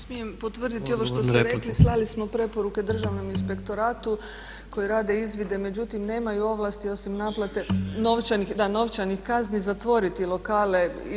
smijem potvrditi ovo što ste rekli, slali smo preporuke Državnom inspektoratu koji rade izvide međutim nemaju ovlasti osim naplate novčanih kazni, zatvoriti lokale.